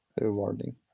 rewarding